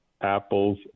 apples